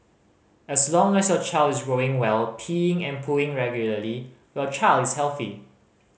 as long as your child is growing well peeing and pooing regularly your child is healthy